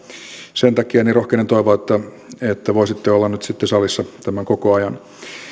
sen takia rohkenen toivoa että voisitte olla nyt sitten salissa tämän koko ajan